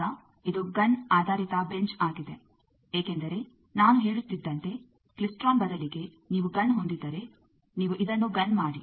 ಈಗ ಇದು ಗನ್ ಆಧಾರಿತ ಬೆಂಚ್ ಆಗಿದೆ ಏಕೆಂದರೆ ನಾನು ಹೇಳುತ್ತಿದ್ದಂತೆ ಕ್ಲಿಸ್ಟ್ರೋನ್ ಬದಲಿಗೆ ನೀವು ಗನ್ ಹೊಂದಿದ್ದರೆ ನೀವು ಇದನ್ನು ಗನ್ ಮಾಡಿ